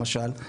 למשל,